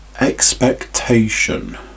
expectation